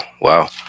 Wow